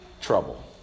trouble